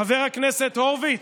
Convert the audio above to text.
חבר הכנסת הורוביץ,